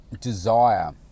desire